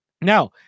Now